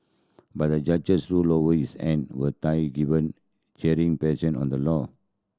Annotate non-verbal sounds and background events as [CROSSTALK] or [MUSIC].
but the judges ruled [UNINTELLIGIBLE] his hand were tied given [UNINTELLIGIBLE] on the law